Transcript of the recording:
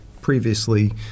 previously